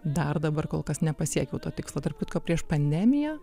dar dabar kol kas nepasiekiau to tikslo tarp kitko prieš pandemiją